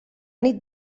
nit